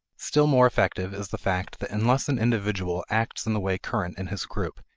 still more effective is the fact that unless an individual acts in the way current in his group,